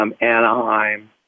Anaheim